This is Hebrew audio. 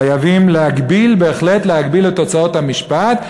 חייבים בהחלט להגביל את הוצאות המשפט,